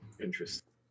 Interesting